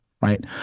right